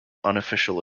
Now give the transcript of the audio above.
unofficial